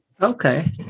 Okay